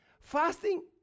Fasting